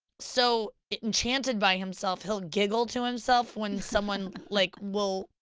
so enchanted by himself he'll giggle to himself when someone like will,